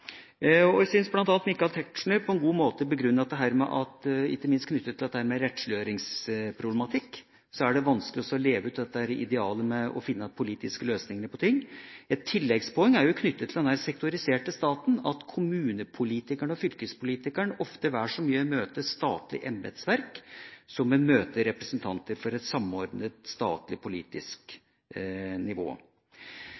og jeg syns bl.a. Michael Tetzschner på en god måte begrunnet dette med at det ikke minst knyttet til rettsliggjøringsproblematikk er vanskelig å leve ut idealet med å finne politiske løsninger. Et tilleggspoeng er knyttet til den sektoriserte staten, nemlig at kommunepolitikeren og fylkespolitikeren ofte vel så mye møter et statlig embetsverk som de møter representanter for et samordnet, statlig politisk